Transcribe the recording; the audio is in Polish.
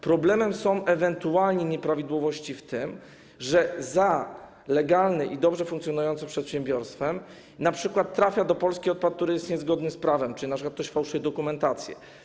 Problemem są ewentualnie nieprawidłowości polegające na tym, że za legalnym i dobrze funkcjonującym przedsiębiorstwem np. trafia do Polski odpad, który jest niezgodny z prawem, czyli np. ktoś fałszuje dokumentację.